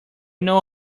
know